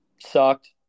sucked